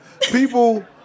people